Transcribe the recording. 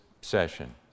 session